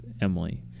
emily